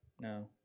No